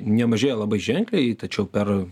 nemažėja labai ženkliai tačiau per